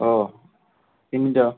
ഓ into